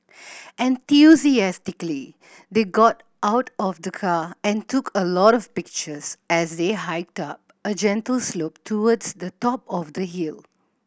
enthusiastically they got out of the car and took a lot of pictures as they hiked up a gentle slope towards the top of the hill